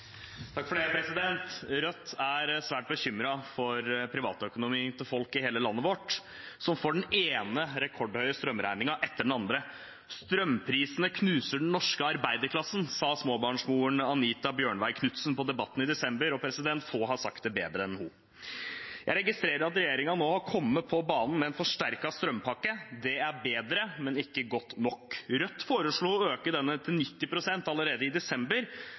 knuser den norske arbeiderklassen», sa småbarnsmoren Anita Bjørnevig Knutsen på «Debatten» i desember. Få har sagt det bedre enn henne. Jeg registrerer at regjeringen nå har kommet på banen med en forsterket strømpakke. Det er bedre, men ikke godt nok. Rødt foreslo å øke denne til 90 pst. allerede i desember.